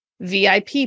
VIP